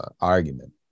argument